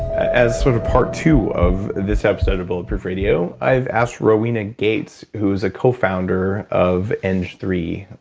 as sort of part two of this episode of bulletproof radio, i've asked rowena gates, who's a co-founder of eng three,